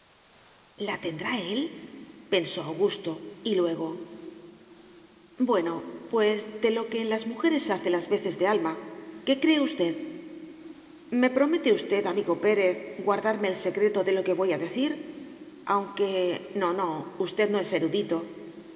la tendrá él pensó augusto y luego bueno pues de lo que en las mujeres hace las veces de alma qué cree usted me promete usted amigo pérez guardarme el secreto de lo que le voy a decir aunque no no usted no es erudito